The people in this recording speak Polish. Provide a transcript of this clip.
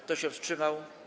Kto się wstrzymał?